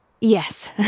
Yes